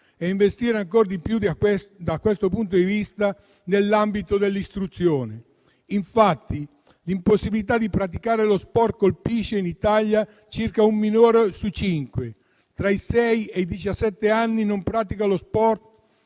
e investire ancora di più da questo punto di vista nell'ambito dell'istruzione. Infatti, l'impossibilità di praticare lo sport colpisce in Italia circa un minore su cinque, che, tra i sei e i diciassette anni, non pratica sport